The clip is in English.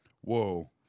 Whoa